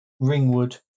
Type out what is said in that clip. Ringwood